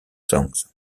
songs